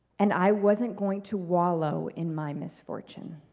and i wasn't going to wallow in my misfortune.